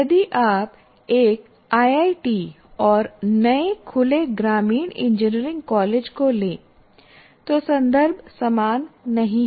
यदि आप एक आईआईटी और नए खुले ग्रामीण इंजीनियरिंग कॉलेज को लें तो संदर्भ समान नहीं हैं